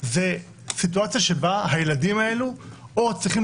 זו סיטואציה שבה הילדים האלה או צריכים